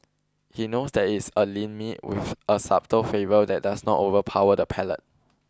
he knows that it is a lean meat with a subtle favour that does not overpower the palate